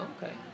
Okay